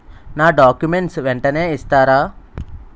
నా డాక్యుమెంట్స్ వెంటనే ఇస్తారా?